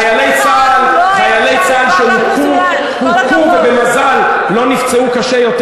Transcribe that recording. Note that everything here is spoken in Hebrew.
חיילי צה"ל שהוכו ובמזל לא נפצעו קשה יותר,